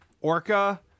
Orca